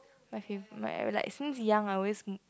my favourite my I like since young I always